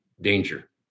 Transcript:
danger